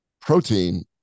protein